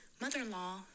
mother-in-law